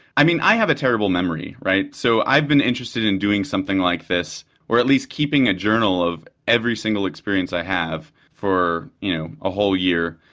i mean i have a terrible memory right? so i've been interested in doing something like this or at least keeping a journal of every single experience i have for you know a whole year,